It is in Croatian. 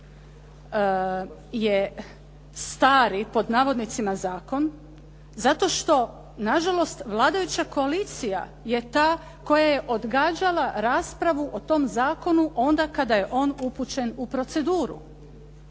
zakon je "stari" zakon zato što nažalost vladajuća koalicija je ta koja je odgađala raspravu o tom zakonu onda kada je on upućen u proceduru.